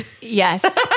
Yes